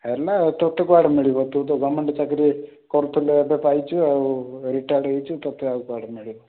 ହେଲା ତୋତେ କୁଆଡ଼ୁ ମିଳିବ ତୁ ତ ଗଭର୍ଣ୍ଣମେଣ୍ଟ୍ ଚାକିରି କରୁଥିଲୁ ଏବେ ପାଇଛୁ ତୁ ଆଉ ରିଟାୟାର୍ଡ଼୍ ହେଇଛୁ ତୋତେ ଆଉ କୁଆଡ଼ୁ ମିଳିବ